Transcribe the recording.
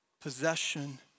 possession